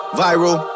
viral